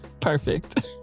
perfect